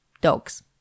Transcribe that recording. dogs